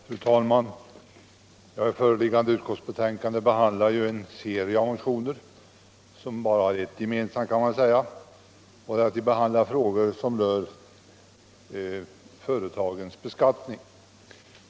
Fru talman! I föreliggande betänkande behandlas en serie motioner som bara har ett gemensamt — det tar upp frågor som rör företagsbeskattning.